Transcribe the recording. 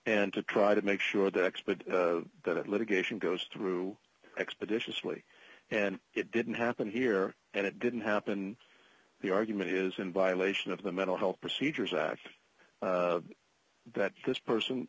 and to try to make sure that x but that litigation goes through expeditiously and it didn't happen here and it didn't happen the argument is in violation of the mental health procedures act that this person